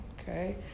okay